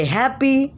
happy